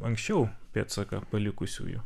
anksčiau pėdsaką palikusiųjų